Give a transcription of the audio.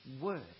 word